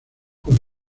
con